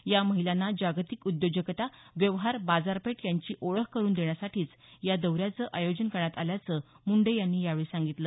या महिलांना जागतिक उद्योजकता व्यवहार बाजारपेठ यांची ओळख करुन देण्यासाठीच या दौऱ्याचं आयोजन करण्यात आल्याचं मुंडे यांनी यावेळी सांगितलं